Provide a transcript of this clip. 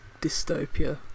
dystopia